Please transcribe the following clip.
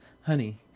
honey